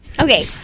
Okay